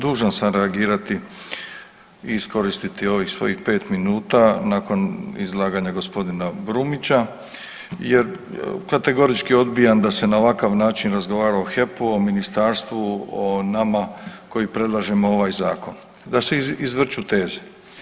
Dužan sam reagirati i iskoristiti ovih svojih pet minuta nakon izlaganja gospodina Brumnića, jer kategorički odbijam da se na ovakav način razgovara o HEP-u, o ministarstvu, o nama koji predlažemo ovaj zakon, da se izvrću teze.